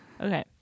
Okay